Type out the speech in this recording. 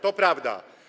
To prawda.